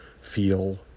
feel